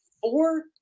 four